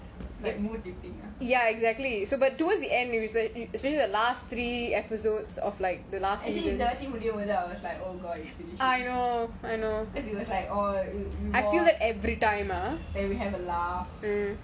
like mood eating ah I think the இந்த வாடி முடியும் போது:intha vaati mudiyum bothu I was like oh god because it was like oh no more then we have a laugh